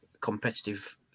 competitive